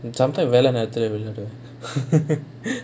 sometimes வெல்ல நேரத்துலயே விளையாடுவேன்:vella nerathulayae vilaiyaaduvaen